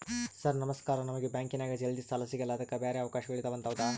Sir ನಮಸ್ಕಾರ ನಮಗೆ ಬ್ಯಾಂಕಿನ್ಯಾಗ ಜಲ್ದಿ ಸಾಲ ಸಿಗಲ್ಲ ಅದಕ್ಕ ಬ್ಯಾರೆ ಅವಕಾಶಗಳು ಇದವಂತ ಹೌದಾ?